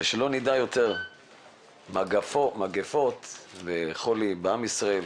ושלא נדע יותר מגפות וחולי בעם ישראל.